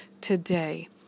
today